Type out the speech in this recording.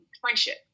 friendship